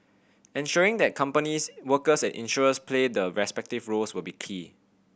ensuring that companies workers and insurers play their respective roles will be key